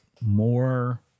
more